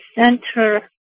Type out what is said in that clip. center